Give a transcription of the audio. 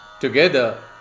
together